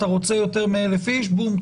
אתה רוצה יותר מ-1000 איש בום,